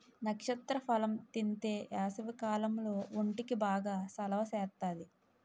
నక్షత్ర ఫలం తింతే ఏసవికాలంలో ఒంటికి బాగా సలవ సేత్తాది